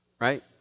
Right